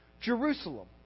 Jerusalem